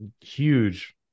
huge